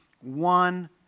one